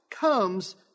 comes